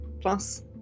plus